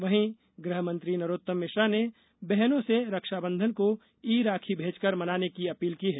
वहीं गृहमंत्री नरोत्तम मिश्रा ने बहनों से रक्षाबंधन को ई राखी भेजकर मनाने की अपील की है